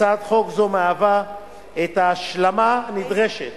הצעת חוק זו מהווה את ההשלמה הנדרשת